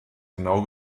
genau